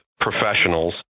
professionals